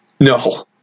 No